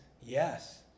yes